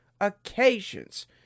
occasions